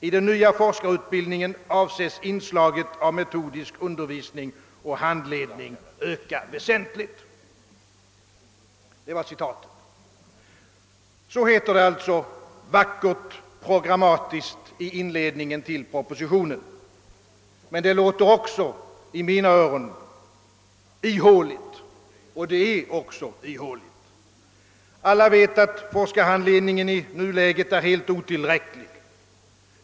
I den nya forskarutbildningen avses inslaget av metodisk undervisning och handledning öka väsentligt.» Så heter det alltså vackert, programmatiskt. Men det låter i mina öron ihåligt, och det är också ihåligt. Alla vet, att forskarhandledningen i nuläget är helt otillräcklig.